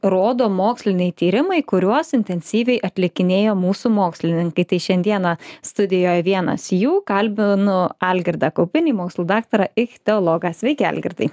rodo moksliniai tyrimai kuriuos intensyviai atlikinėja mūsų mokslininkai tai šiandieną studijoj vienas jų kalbinu algirdą kaupinį mokslų daktarą ichteologą sveiki algirdai